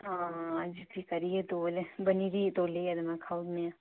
आं आं करी ओड़ी तौल बनी गेदी ही तौले ते महां खाई ओड़नेआ